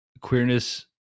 queerness